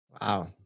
Wow